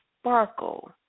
sparkle